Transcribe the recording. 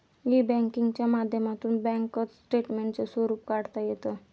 E बँकिंगच्या माध्यमातून bank स्टेटमेंटचे स्वरूप काढता येतं